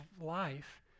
life